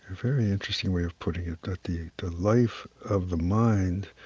very interesting way of putting it that the the life of the mind